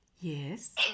Yes